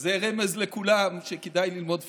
זה רמז לכולם שכדאי ללמוד פילוסופיה.